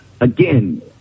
again